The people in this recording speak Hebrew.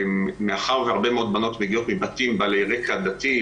שמאחר והרבה מאוד בנות מגיעות מבתים בעלי רקע דתי,